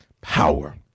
power